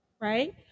Right